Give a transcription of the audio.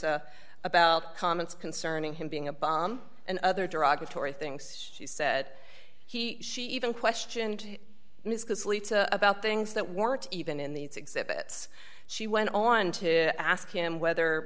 about comments concerning him being a bomb and other derogatory things she said he even questioned mislead about things that weren't even in the exhibits she went on to ask him whether